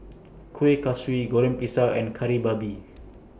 Kuih Kaswi Goreng Pisang and Kari Babi